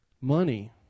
money